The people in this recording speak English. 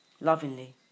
lovingly